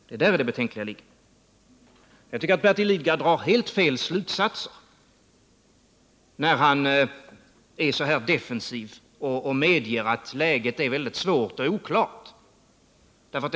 Det är där det betänkliga ligger. Bertil Lidgard drar helt felaktiga slutsatser när han är så här defensiv och medger att läget är mycket svårt och oklart.